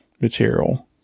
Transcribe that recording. material